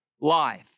life